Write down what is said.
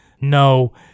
No